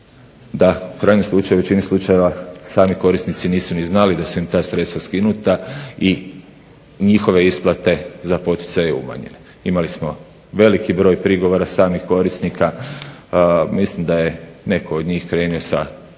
da u krajnjem slučaju u većini slučaja sami korisnici nisu ni znali da su im ta sredstva skinuta i njihove isplate za poticaje umanjene. Imali smo veliki broj prigovora samih korisnika. Mislim da je netko od njih krenuo sa tužbama